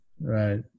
right